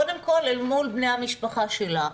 קודם כל אל מול בני המשפחה שלה,